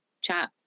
chat